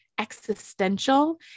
existential